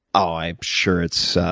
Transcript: i'm sure it's